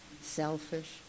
selfish